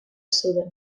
zeuden